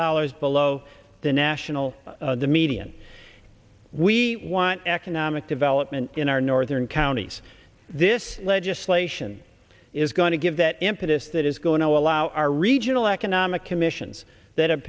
dollars below the national median we want economic development in our northern counties this legislation is going to give that impetus that is going to allow our regional economic commissions that have